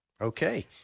Okay